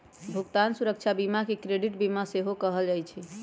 भुगतान सुरक्षा बीमा के क्रेडिट बीमा सेहो कहल जाइ छइ